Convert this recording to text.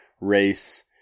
Race